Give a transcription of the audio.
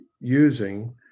using